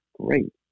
great